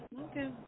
Okay